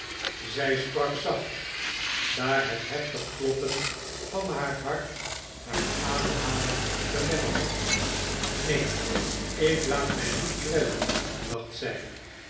zij sprak zacht daar het heftig kloppen van haar hart haar ademhaling belemmerde neen ik laat mij niet kwellen dacht zij